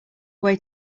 way